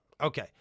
Okay